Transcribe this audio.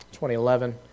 2011